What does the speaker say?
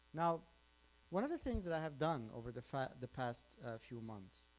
now one of the things that i have done over the the past few months,